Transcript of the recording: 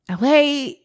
la